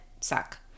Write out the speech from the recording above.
suck